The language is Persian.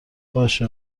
باشه